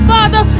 Father